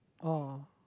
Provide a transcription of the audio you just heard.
oh